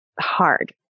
hard